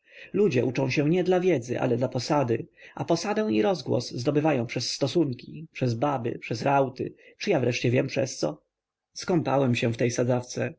ludzie uczą się nie dla wiedzy ale dla posady a posadę i rozgłos zdobywają przez stosunki przez baby przez rauty czy ja wiem wreszcie przez co skąpałem się w tej sadzawce